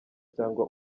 cyangwa